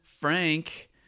Frank